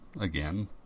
again